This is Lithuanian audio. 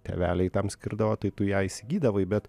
tėveliai tam skirdavo tai tu ją įsigydavai bet